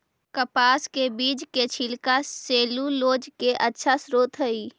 कपास के बीज के छिलका सैलूलोज के अच्छा स्रोत हइ